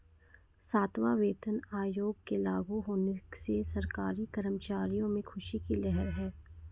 सातवां वेतन आयोग के लागू होने से सरकारी कर्मचारियों में ख़ुशी की लहर है